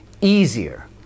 easier